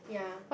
ya